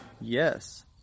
Yes